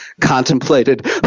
contemplated